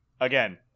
again